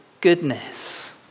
goodness